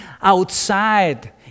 outside